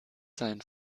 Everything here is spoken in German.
sein